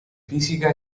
fisica